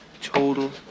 total